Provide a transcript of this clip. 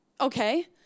Okay